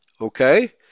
Okay